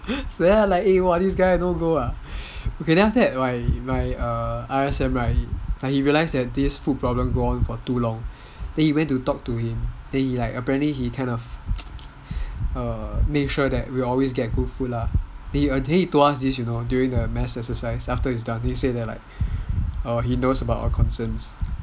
then I like !wah! this guy no go ah then like my R_S_M right he realised this food problem go on for too long then he went to talk to him then apparently he kind of err make sure that we always get good food lah then he told us this you know during the mass exercise after he's done then he say like he knows about our concerns